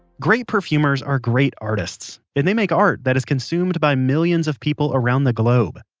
great perfumers are great artists and they make art that is consumed by millions of people around the globe.